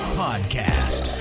podcast